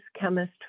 chemist